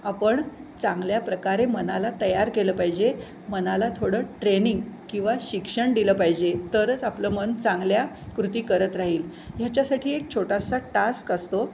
आपण चांगल्याप्रकारे मनाला तयार केलं पाहिजे मनाला थोडं ट्रेनिंग किंवा शिक्षण दिलं पाहिजे तरच आपलं मन चांगल्या कृती करत राहील ह्याच्यासाठी एक छोटासा टास्क असतो